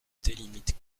délimite